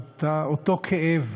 אותו כאב,